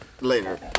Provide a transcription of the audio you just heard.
later